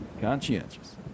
Conscientious